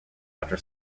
after